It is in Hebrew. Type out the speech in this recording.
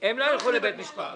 הם לא ילכו לבית משפט.